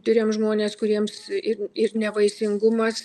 tiriam žmones kuriems ir ir nevaisingumas